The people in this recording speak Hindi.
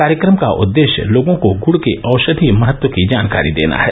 कार्यक्रम का उद्देश्य लोगों को गुड़ के औषधीय महत्व की जानकारी देना है